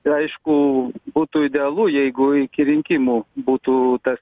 tai aišku būtų idealu jeigu iki rinkimų būtų tas